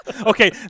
Okay